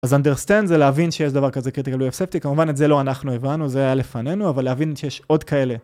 אז understand זה להבין שיש דבר כזה קריטיקלו-אפספטי, כמובן את זה לא אנחנו הבנו, זה היה לפנינו, אבל להבין שיש עוד כאלה,